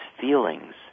feelings